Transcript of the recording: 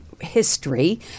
History